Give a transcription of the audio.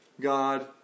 God